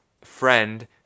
friend